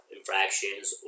Infractions